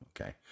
okay